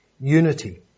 unity